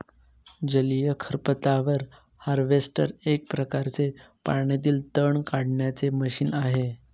जलीय खरपतवार हार्वेस्टर एक प्रकारच पाण्यातील तण काढण्याचे मशीन आहे